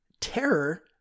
terror